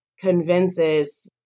convinces